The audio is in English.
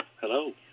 Hello